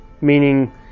meaning